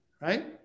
right